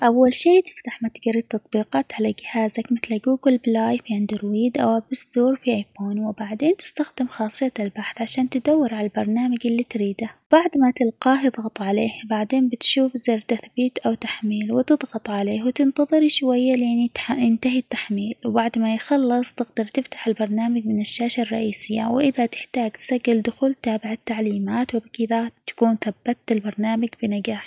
أول شيء تفتح متجر التطبيقات على جهازك مثل جوجل بلاي في أندرويد، أو آب ستور في آيفون ،وبعدين تستخدم خاصية البحث عشان تدور على البرنامج اللي تريده ،بعد ما تلقاه اضغط عليه بعدين بتشوف زر تثبيت، أو تحميل وتضغط عليه وتنتظر شويه لين -يتح- ينتهي التحميل وبعد ما يخلص تقدر تفتح البرنامج من الشاشة الرئيسية ، وإذا تحتاج تسجل دخول تابع التعليمات، وبكذا تكون ثبت البرنامج بنجاح.